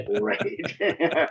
right